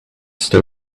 still